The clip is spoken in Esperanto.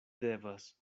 devas